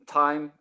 time